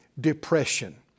depression